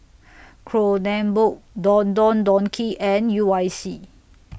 Kronenbourg Don Don Donki and U I C